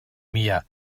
mir